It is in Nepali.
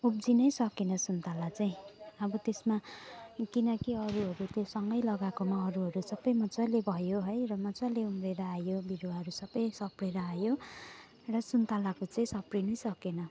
उब्जिनै सकेन सुन्तला चाहिँ अब त्यसमा किन कि अरूहरूको सँगै लगाएकोमा अरूहरू सबै मजाले भयो है र मजाले उम्रिएर आयो बिरुवाहरू सबै सप्रिएर आयो र सुन्तलाको चाहिँ सप्रिनै सकेन